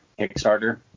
Kickstarter